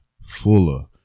Fuller